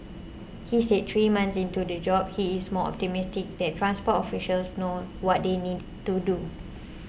he said three months into the job he is more optimistic that transport officials know what they need to do